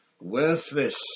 Worthless